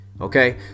Okay